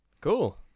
Cool